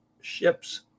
ships